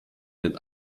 den